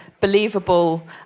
believable